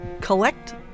collect